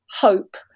hope